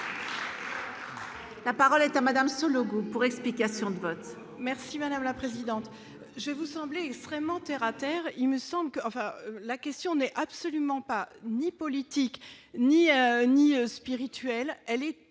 La parole est à Madame Lherbier pour explication de vote.